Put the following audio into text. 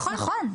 נכון.